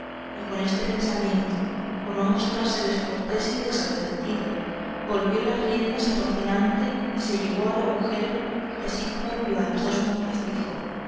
y con este pensamiento por no mostrarse descortés y desagradecido volvió las riendas a rocinante y se llegó al agujero y así como vio a las dos mozas dijo